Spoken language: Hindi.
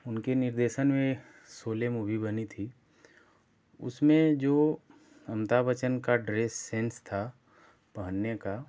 उनके निर्देशन में शोले मुभी बनी थी उसमें जो अमिताभ बच्चन का ड्रेस सेन्स था पहनने का